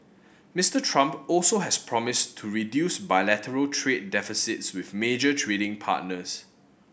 Mister Trump also has promised to reduce bilateral trade deficits with major trading partners